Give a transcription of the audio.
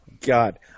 God